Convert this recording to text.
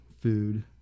food